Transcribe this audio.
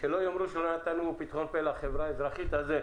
שלא יגידו שלא נתנו לחברה האזרחית לדבר.